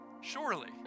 surely